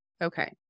Okay